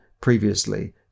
previously